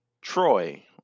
Troy